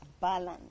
balance